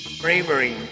Bravery